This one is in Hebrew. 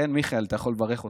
כן, מיכאל, אתה יכול לברך אותה,